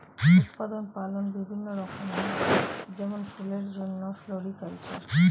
উদ্যান পালন বিভিন্ন রকম হয় যেমন ফুলের জন্যে ফ্লোরিকালচার